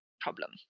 problem